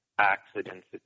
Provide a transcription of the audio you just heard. accidents